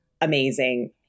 Amazing